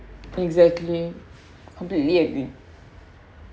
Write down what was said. exactly completely agree